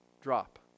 drop